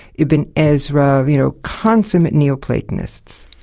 ibn ezra, you know, consummate neo-platonists.